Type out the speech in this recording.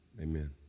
amen